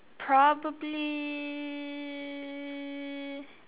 probably